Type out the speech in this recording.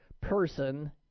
person